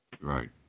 right